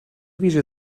ویژه